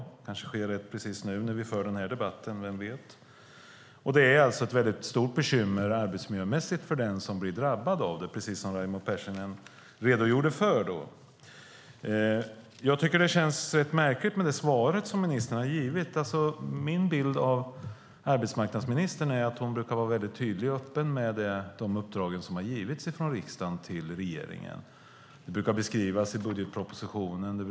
Det kanske sker ett precis nu när vi för denna debatt, vem vet. Det är ett stort bekymmer arbetsmiljömässigt för den som blir drabbad av det, precis som Raimo Pärssinen redogjorde för. Det känns rätt märkligt med det svar som ministern har givit. Min bild av arbetsmarknadsministern är att hon brukar vara väldigt tydlig och öppen med de uppdrag som har givits från riksdagen till regeringen. Det brukar i olika delar beskrivas i budgetpropositionen.